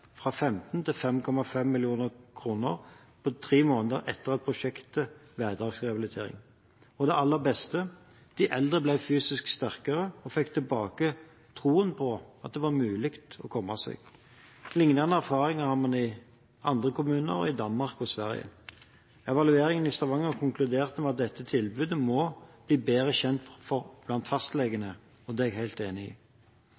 15 til 5,5 mill. kr tre måneder etter Prosjekt Hverdagsrehabilitering. Og det aller beste: De eldre ble fysisk sterkere og fikk tilbake troen på at det er mulig å komme seg. Lignende erfaringer har man i andre kommuner og i Danmark og Sverige. Evalueringen i Stavanger konkluderte med at dette tilbudet må bli bedre kjent blant fastlegene. Det er jeg helt enig i.